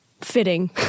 Fitting